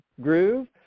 groove